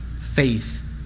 faith